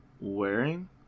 wearing